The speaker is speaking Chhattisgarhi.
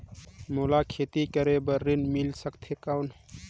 मोला खेती करे बार ऋण मिल सकथे कौन?